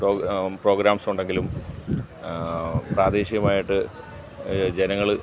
പ്രോഗ്രാംസുണ്ടെങ്കിലും പ്രാദേശികമായിട്ട് ജനങ്ങൾ